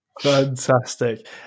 Fantastic